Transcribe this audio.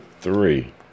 three